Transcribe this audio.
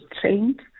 trained